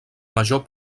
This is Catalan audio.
major